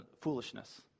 foolishness